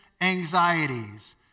anxieties